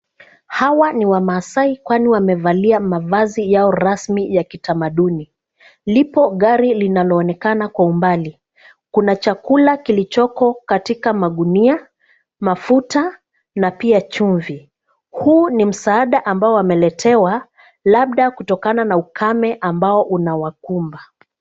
Hawa ni wamaasai kwani wamevalia mavazi yao rasmi ya kitamaduni. Lipo gari linaloonekana kwa umbali. Kuna chakua kilichoko katika magunia, mafuta na pia chumvi. Huu ni msaada ambao wameletewa labda kutokana na ukame ambao unawakumba.